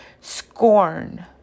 Scorn